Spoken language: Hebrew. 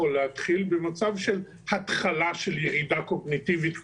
להתחיל במצב של התחלה של ירידה קוגניטיבית,